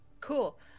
cool